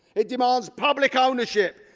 it demands public ownership,